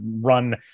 run